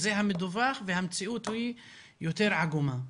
זה המדווח והמציאות היא יותר עגומה.